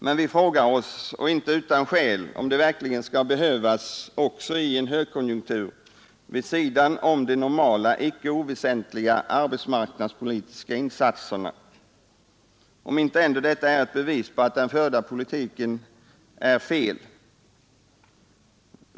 Men vi frågar oss inte utan skäl om de verkligen skall behövas också i en högkonjunktur vid sidan om de normala icke oväsentliga arbetsmarknadspolitiska insatserna. Är ändå inte detta ett bevis på att den förda politiken har varit fel?